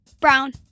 Brown